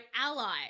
ally